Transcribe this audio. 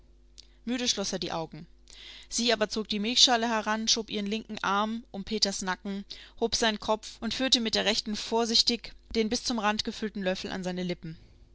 müde schloß er die augen sie aber zog die milchschale heran schob ihren linken arm um peters nacken hob seinen kopf und führte mit der rechten vorsichtig den bis zum rand gefüllten löffel an seine lippen